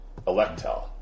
Electel